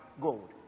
gold